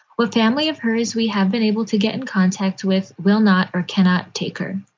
well, family of her, as we have been able to get in contact with, will not or cannot take her.